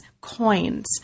coins